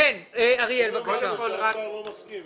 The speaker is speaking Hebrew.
--- שהאוצר לא מסכים,